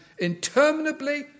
interminably